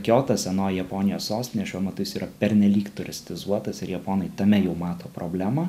kiotas senoji japonijos sostinė šiuo metu jis yra pernelyg turistizuotas ir japonai tame jau mato problemą